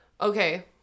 Okay